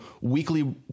weekly